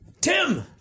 Tim